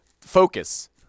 focus